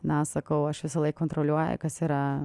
na sakau aš visąlaik kontroliuoju kas yra